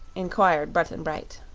inquired button-bright.